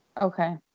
okay